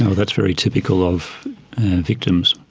that's very typical of victims,